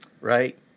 right